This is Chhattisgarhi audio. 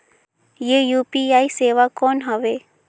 ये यू.पी.आई सेवा कौन हवे?